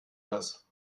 was